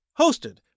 hosted